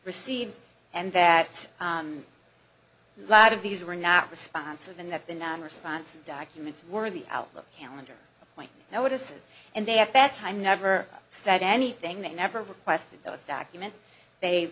received and that a lot of these were not responsive enough the non response documents were the outlook calendar notices and they at that time never said anything they never requested those documents they